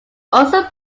also